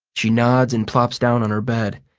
she nods and plops down on her bed.